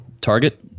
Target